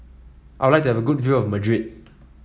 I would like to have a good view of Madrid